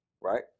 right